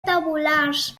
tabulars